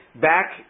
back